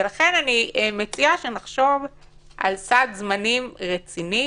לכן אני מציעה שנחשוב על סד זמנים רציני